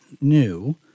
new